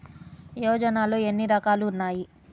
యోజనలో ఏన్ని రకాలు ఉన్నాయి?